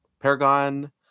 paragon